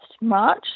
March